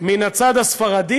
מהצד הספרדי